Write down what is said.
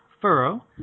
Furrow